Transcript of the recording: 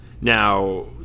Now